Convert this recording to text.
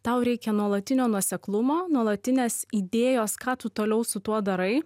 tau reikia nuolatinio nuoseklumo nuolatinės idėjos kad tu toliau su tuo darai